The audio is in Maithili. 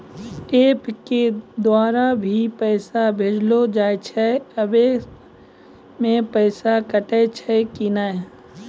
एप के द्वारा भी पैसा भेजलो जाय छै आबै मे पैसा कटैय छै कि नैय?